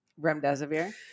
Remdesivir